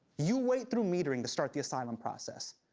you wait through metering to start the asylum process.